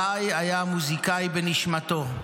גיא היה מוזיקאי בנשמתו,